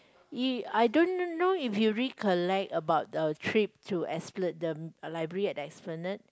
you I don't know know if you recollect about our trip to Es~ the library at the Esplanade